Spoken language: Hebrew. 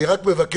אני רק מבקש